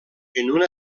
una